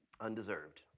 Undeserved